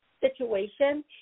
situation